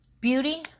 Beauty